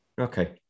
Okay